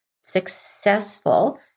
successful